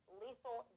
lethal